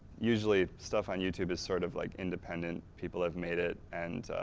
usually stuff on youtube is sort of like independent, people have made it and